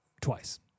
twice